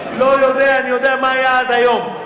לא יודע, אני יודע מה היה עד היום.